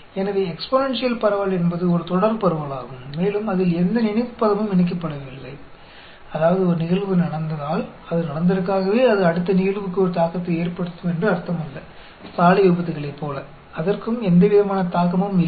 எனவே எக்ஸ்பொனென்ஷியல் பரவல் என்பது ஒரு தொடர் பரவலாகும் மேலும் அதில் எந்த நினைவு பதமும் இணைக்கப்படவில்லை அதாவது ஒரு நிகழ்வு நடந்ததால் அது நடந்ததற்காகவே அது அடுத்த நிகழ்வுக்கு ஒரு தாக்கத்தை ஏற்படுத்தும் என்று அர்த்தமல்ல சாலை விபத்துக்களைப் போல அதற்கும் எந்தவிதமான தாக்கமும் இல்லை